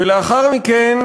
ולאחר מכן,